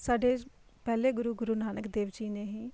ਸਾਡੇ ਪਹਿਲੇ ਗੁਰੂ ਗੁਰੂ ਨਾਨਕ ਦੇਵ ਜੀ ਨੇ ਹੀ